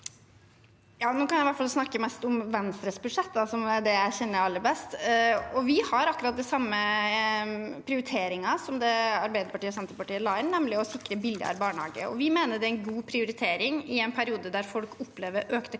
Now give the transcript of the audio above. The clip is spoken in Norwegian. nå kan jeg snakke mest om Venstres budsjett, som er det jeg kjenner aller best. Vi har akkurat de samme prioriteringene som Arbeiderpartiet og Senterpartiet la inn, nemlig å sikre billigere barnehage. Vi mener det er en god prioritering i en periode der folk opplever økte kostnader.